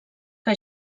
que